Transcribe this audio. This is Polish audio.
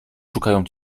szukają